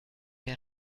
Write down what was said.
der